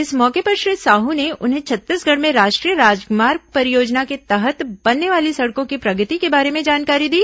इस मौके पर श्री साहू ने उन्हें छत्तीसगढ़ में राष्ट्रीय राजमार्ग परियोजना के तहत बनने वाली सड़कों की प्रगति के बारे में जानकारी दी